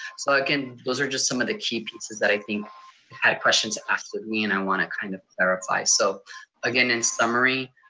so again, those are just some of the key pieces that i think had questions asked of me, and i wanna kind of clarify. so again, in summary,